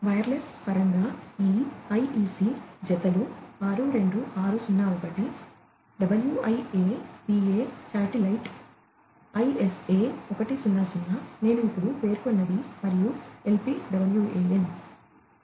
wellness పరంగా ఈ IEC జతలు 62601 WIA PA శాటిలైట్ ISA 100 నేను ఇప్పుడు పేర్కొన్నది మరియు LPWAN